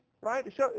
right